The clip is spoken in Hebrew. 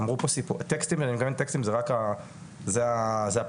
אמרו פה טקסטים זה רק הפלטפורמה,